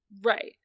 right